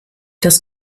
das